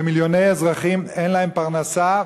ומיליוני אזרחים אין להם פרנסה,